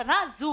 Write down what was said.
השנה הזאת